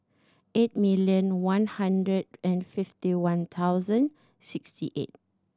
eight million one hundred and fifty one thousand sixty eight